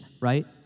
right